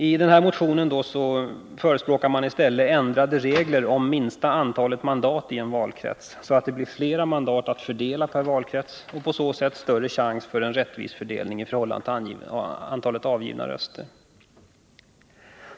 I motionen förespråkar man ändrade regler för minsta antal mandat i en valkrets, så att det blir flera mandat att fördela per valkrets och på så sätt större chans för en rättvis fördelning i förhållande till antalet avgivna röster.